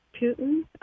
Putin